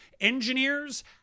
Engineers